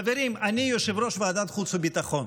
חברים, אני יושב-ראש ועדת החוץ והביטחון,